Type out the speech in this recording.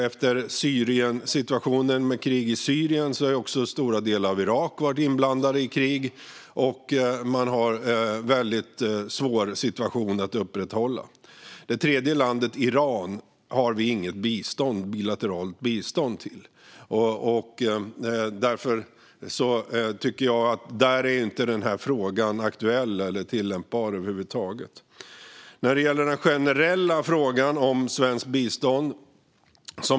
Efter Syriensituationen med krig i Syrien har också stora delar av Irak varit inblandade i krig, och man har en väldigt svår situation att hantera. Det tredje landet, Iran, har vi inget bilateralt bistånd till. Där är inte den här frågan aktuell eller tillämpbar över huvud taget, tycker jag. Magdalena Schröder tar upp den generella frågan om svenskt bistånd.